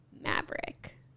Maverick